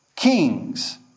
Kings